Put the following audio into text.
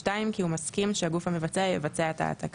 כי הוא מסכים שהגוף המבצע יבצע את ההעתקה.